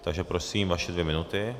Takže prosím, vaše dvě minuty.